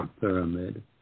Pyramid